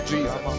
Jesus